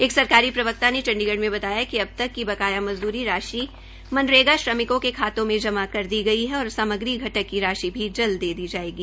एक सरकारी प्रवक्ता ने चंडीगढ़ में बताया कि अब तक की बकाया मज़दूरी राशि मनरेगा श्रमिकों के खातों में जमा कर दी गई है और सामग्री घटक की राशि भी जल्द दे दी जायेगी